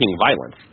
violence